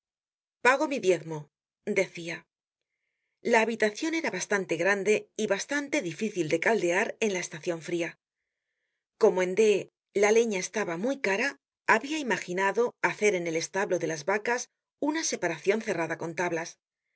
pago mi diezmo decia la habitacion era bastante grande y bastante difícil de caldear en la estacion fría como en d la leña estaba muy cara habia imaginado hacer en el establo de las vacas una separacion cerrada con tablas